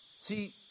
See